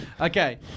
Okay